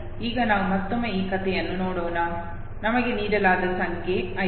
ಈಗ ನಾವು ಮತ್ತೊಮ್ಮೆ ಈ ಕಥೆಯನ್ನು ನೋಡೋಣ ನಮಗೆ ನೀಡಲಾದ ಸಂಖ್ಯೆ ಇದು